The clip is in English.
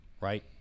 right